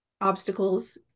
obstacles